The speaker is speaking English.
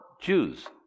Jews